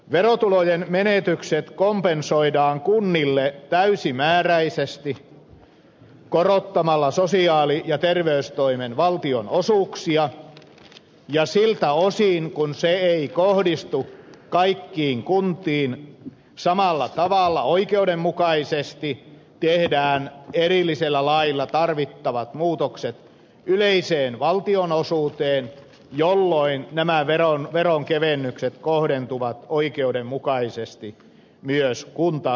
verotulojen menetykset kompensoidaan kunnille täysimääräisesti korottamalla sosiaali ja terveystoimen valtionosuuksia ja siltä osin kuin se ei kohdistu kaikkiin kuntiin samalla tavalla oikeudenmukaisesti tehdään erillisellä lailla tarvittavat muutokset yleiseen valtionosuuteen jolloin nämä veronkevennykset kohdentuvat oikeudenmukaisesti myös kuntakohtaisesti